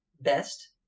best